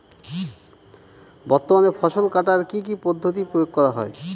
বর্তমানে ফসল কাটার কি কি পদ্ধতি প্রয়োগ করা হয়?